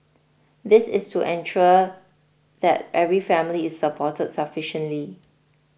this is to ensure that every family is supported sufficiently